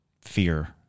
fear